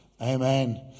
amen